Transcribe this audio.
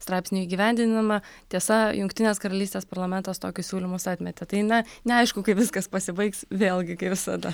straipsnio įgyvendinimą tiesa jungtinės karalystės parlamentas tokius siūlymus atmetė tai na neaišku kaip viskas pasibaigs vėlgi visada